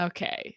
Okay